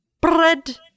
Bread